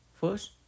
First